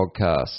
podcast